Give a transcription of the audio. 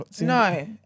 No